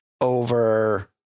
over